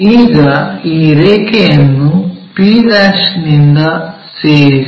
ಈಗ ಈ ರೇಖೆಗಳನ್ನು p ನಿಂದ ಸೇರಿಸಿ